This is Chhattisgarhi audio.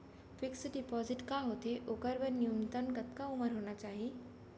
फिक्स डिपोजिट का होथे ओखर बर न्यूनतम कतका उमर होना चाहि?